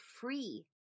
free